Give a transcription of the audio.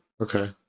Okay